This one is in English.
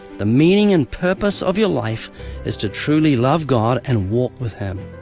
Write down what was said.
the meaning and purpose of your life is to truly love god and walk with him.